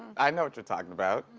i know what you're talking about.